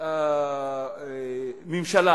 ממשלה